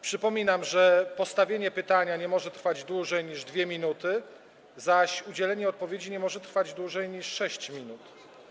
Przypominam, że postawienie pytania nie może trwać dłużej niż 2 minuty, zaś udzielenie odpowiedzi nie może trwać dłużej niż 6 minut.